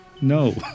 No